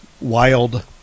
wild